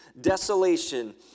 desolation